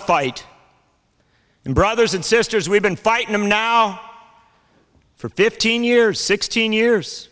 a fight and brothers and sisters we've been fighting now for fifteen years sixteen years